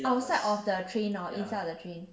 outside of the train or inside of the train